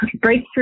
breakthrough